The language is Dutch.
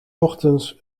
ochtends